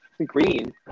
Green